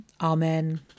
Amen